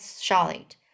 Charlotte